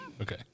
Okay